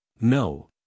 No